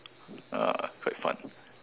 quite fun